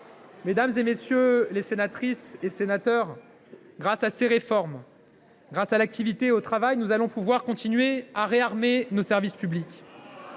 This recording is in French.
Mesdames, messieurs les sénatrices et les sénateurs, grâce à ces réformes, grâce à l’activité et au travail, nous allons pouvoir continuer à réarmer nos services publics